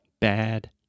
bad